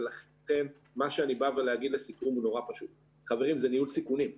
ולכן, לסיכום, זה ניהול סיכונים.